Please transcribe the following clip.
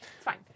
fine